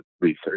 research